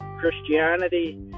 Christianity